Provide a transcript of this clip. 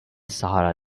sahara